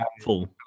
full